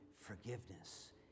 forgiveness